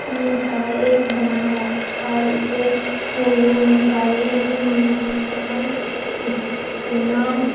missile بنایا اور اسے میسائل مان سے نام